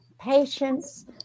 patience